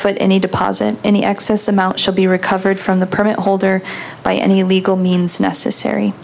forfeit any deposit any excess amount should be recovered from the permit holder by any legal means necessary